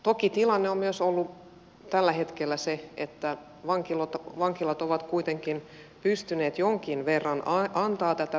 toki tilanne on ollut tällä hetkellä se että vankilat ovat kuitenkin pystyneet jonkin verran antamaan tätä päihdekuntoutusta